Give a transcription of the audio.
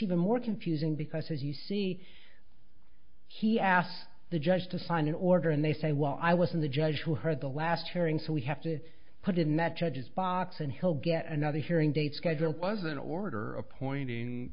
even more confusing because as you see he asked the judge to sign an order and they say well i was in the judge who heard the last hearing so we have to put in that judge's box and he'll get another hearing date scheduled was an order appointing